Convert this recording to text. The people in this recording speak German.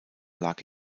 lag